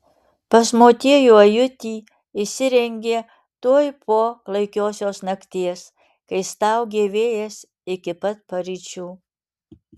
pas motiejų ajutį išsirengė tuoj po klaikiosios nakties kai staugė vėjas iki pat paryčių